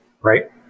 Right